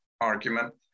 argument